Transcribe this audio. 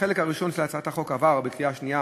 החלק הראשון של הצעת החוק עבר בקריאה שנייה